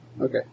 Okay